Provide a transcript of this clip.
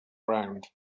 ground